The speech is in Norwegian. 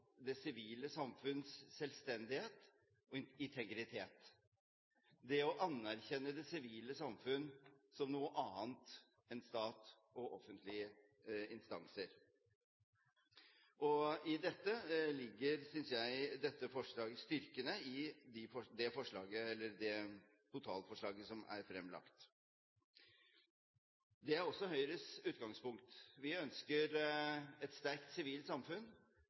det sivile samfunns selvstendighet og integritet, det å anerkjenne det sivile samfunn som noe annet enn stat og offentlige instanser. I dette ligger, synes jeg, styrken i det totalforslaget som er fremlagt. Det er også Høyres utgangspunkt. Vi ønsker et sterkt sivilt samfunn.